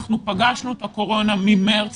אנחנו פגשנו את הקורונה ממארס,